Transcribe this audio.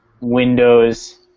Windows